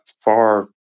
far